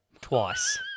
twice